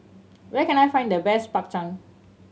where can I find the best Bak Chang